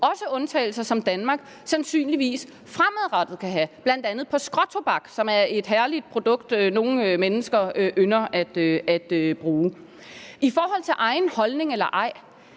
også undtagelser, som Danmark sandsynligvis fremadrettet kan have, bl.a. med hensyn til skråtobak, som er et herligt produkt, nogle mennesker ynder at bruge. I forhold til egen holdning eller ej